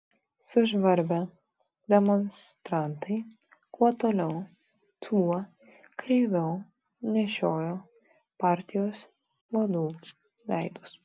sužvarbę demonstrantai kuo toliau tuo kreiviau nešiojo partijos vadų veidus